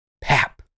Pap